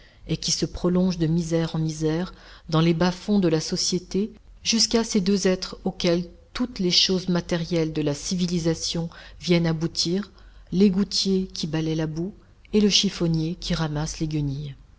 et qui se prolonge de misère en misère dans les bas-fonds de la société jusqu'à ces deux êtres auxquels toutes les choses matérielles de la civilisation viennent aboutir l'égoutier qui balaye la boue et le chiffonnier qui ramasse les guenilles